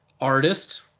artist